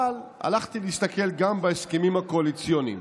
אבל הלכתי להסתכל גם בהסכמים הקואליציוניים,